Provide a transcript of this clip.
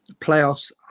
Playoffs